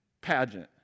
pageant